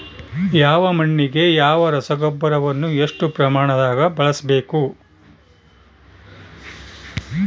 ಯಾವ ಮಣ್ಣಿಗೆ ಯಾವ ರಸಗೊಬ್ಬರವನ್ನು ಎಷ್ಟು ಪ್ರಮಾಣದಾಗ ಬಳಸ್ಬೇಕು?